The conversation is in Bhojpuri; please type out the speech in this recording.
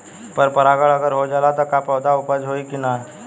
पर परागण अगर हो जाला त का पौधा उपज होई की ना?